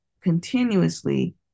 continuously